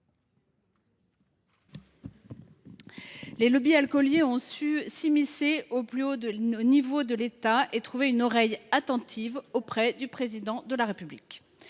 Les lobbies alcooliers ont su s’immiscer au plus haut niveau de l’État et trouver une oreille attentive auprès du Président de la République.